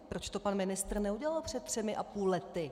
Proč to pan ministr neudělal před třemi a půl lety?